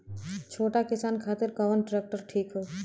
छोट किसान खातिर कवन ट्रेक्टर ठीक होई?